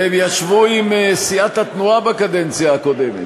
והם ישבו עם סיעת התנועה בקדנציה הקודמת.